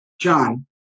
John